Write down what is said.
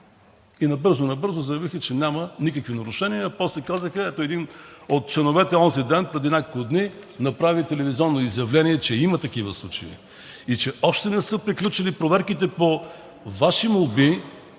набързо заявиха, че няма никакви нарушения. После казаха, ето един от членовете преди няколко дни направи телевизионно изявление, че има такива случаи и че още не са приключили проверките по Ваши молби.